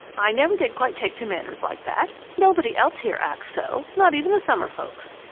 i never did quite take to manners like that. nobody else here acts so not even the summer folks.